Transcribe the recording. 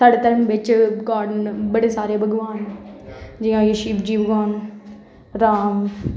साढ़े बिच बड़े सारे गॉर्ड न बड़े सारे भगवान न जियां की शिवजी भगवान न राम न